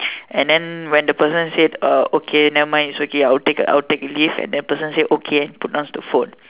and then when the person said uh okay nevermind it's okay I will take I will take leave and that person say okay and put downs the phone